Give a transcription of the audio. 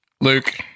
Luke